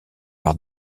par